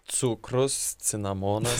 cukrus cinamonas